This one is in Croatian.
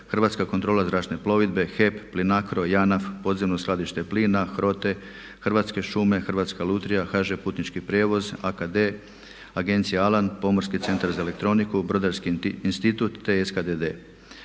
Hrvatska kontrola zračne plovidbe, HEP, Plinacro, Janaf, Podzemno skladište plina, HROTE, Hrvatske šume, Hrvatske lutrija, HŽ putnički prijevoz, ARCADE, agencija Alan, Pomorski centar za elektroniku, Brodarski institut te SKEDE.